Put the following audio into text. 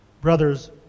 Brothers